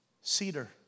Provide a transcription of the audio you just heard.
Cedar